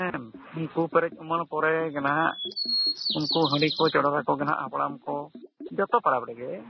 ᱦᱮᱸ ᱩᱱᱠᱩ ᱠᱚᱨᱮᱜ ᱮᱢᱟᱱ ᱯᱚᱨᱮ ᱜᱮ ᱱᱟᱦᱟᱜ ᱩᱱᱠᱩ ᱦᱟᱺᱰᱤ ᱠᱚ ᱪᱚᱰᱚᱨ ᱟᱠᱚ ᱠᱟᱱᱟ ᱦᱟᱯᱲᱟᱢ ᱠᱚ ᱡᱚᱛᱚ ᱯᱟᱲᱟ ᱨᱮᱜᱮ